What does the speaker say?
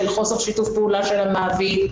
של חוסר שיתוף פעולה של המעביד.